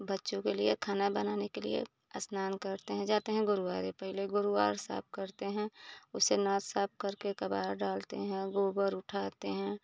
बच्चों के लिए खाना बनाने के लिए स्नान करते हैं जाते हैं गुरुद्वारे पहले गुरुद्वार साफ़ करते हैं उसे नाद साफ़ करके कबाड़ा डालते हैं गोबर उठाते हैं